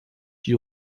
die